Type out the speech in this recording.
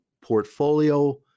portfolio